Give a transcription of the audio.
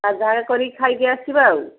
ଯାହା କରିକି ଖାଇକି ଆସିବା ଆଉ